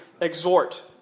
exhort